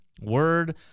Word